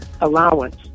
allowance